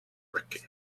racquet